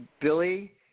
Billy